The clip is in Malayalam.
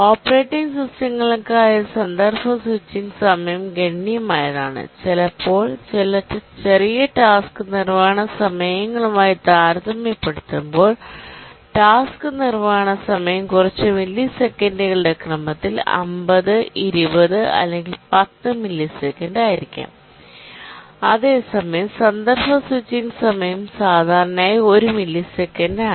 ഓപ്പറേറ്റിംഗ് സിസ്റ്റങ്ങൾക്കായുള്ള കോണ്ടെസ്റ് സ്വിച്ചിംഗ് സമയം ഗണ്യമായതാണ് ചിലപ്പോൾ ചെറിയ ടാസ്ക് നിർവ്വഹണ സമയങ്ങളുമായി താരതമ്യപ്പെടുത്തുമ്പോൾ ടാസ്ക് നിർവ്വഹണ സമയം കുറച്ച് മില്ലിസെക്കൻഡുകളുടെ ക്രമത്തിൽ 50 20 അല്ലെങ്കിൽ 10 മില്ലിസെക്കൻഡായിരിക്കാം അതേസമയം കോണ്ടെസ്റ് സ്വിച്ചിംഗ് സമയം സാധാരണയായി 1 മില്ലിസെക്കൻഡാണ്